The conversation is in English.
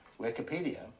Wikipedia